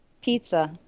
Pizza